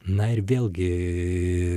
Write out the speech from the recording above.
na ir vėlgi